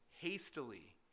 hastily